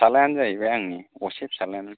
फिसालायानो जायैबाय आंनि असे फिसालायानो